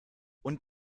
und